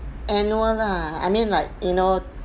annual lah I mean like you know